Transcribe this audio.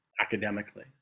academically